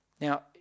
Now